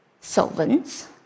solvents